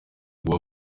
kuba